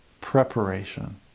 preparation